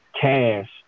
cash